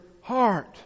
heart